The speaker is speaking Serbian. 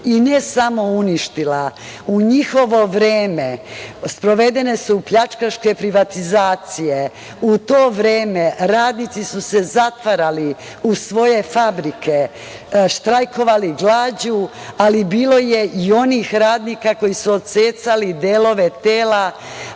ne samo uništila, u njihovo vreme sprovedene su pljačkaške privatizacije. U to vreme radnici su se zatvarali u svoje fabrike, štrajkovali glađu, ali bilo je i onih radnika koji su odsecali delove tela